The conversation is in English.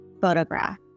photograph